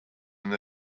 and